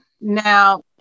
now